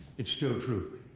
it's still true.